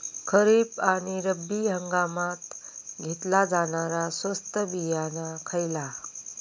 खरीप आणि रब्बी हंगामात घेतला जाणारा स्वस्त बियाणा खयला?